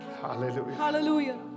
Hallelujah